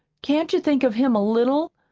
can't you think of him a little?